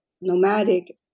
nomadic